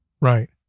Right